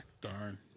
Darn